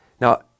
Now